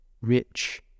rich